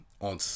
on